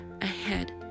ahead